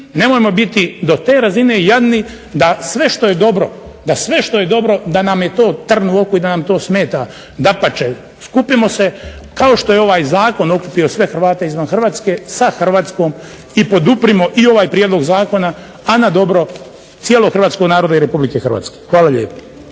nemojmo biti do te razine jadni da sve što je dobro da nam je to trn u oku i da nam to smeta. Dapače, skupimo se kao što je ovaj Zakon okupio sve Hrvate izvan Hrvatske sa Hrvatskom i poduprimo i ovaj prijedlog zakona a na dobro cijelog hrvatskog naroda i Republike Hrvatske. Hvala lijepo.